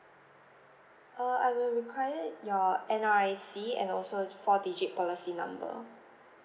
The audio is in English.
uh I will require your N_R_I_C and also the four digit policy number